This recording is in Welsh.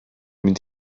mynd